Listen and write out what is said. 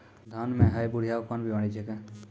धान म है बुढ़िया कोन बिमारी छेकै?